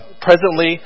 presently